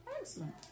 excellent